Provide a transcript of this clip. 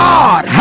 God